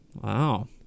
Wow